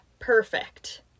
Perfect